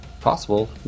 Possible